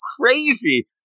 crazy